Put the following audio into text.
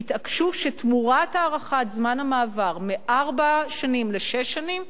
תתעקשו שתמורת הארכת זמן המעבר מארבע שנים לשש שנים,